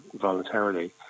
voluntarily